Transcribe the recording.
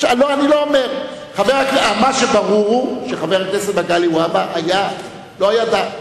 מה שברור הוא שחבר הכנסת והבה לא ידע.